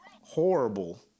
horrible